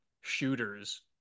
shooters